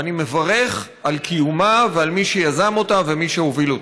ואני מברך על קיומה ועל מי שיזם אותה ומי שהוביל אותה,